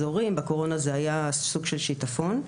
אזורים, בקורונה זה היה סוג של שיטפון,